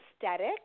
aesthetic